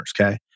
okay